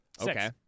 Okay